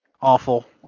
awful